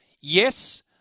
Yes